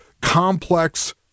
complex